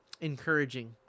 encouraging